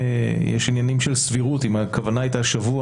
בניכוי אגרות כאמור,